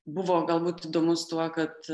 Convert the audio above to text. buvo galbūt įdomus tuo kad